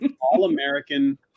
all-American